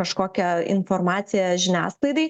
kažkokią informaciją žiniasklaidai